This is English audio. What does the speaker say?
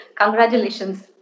Congratulations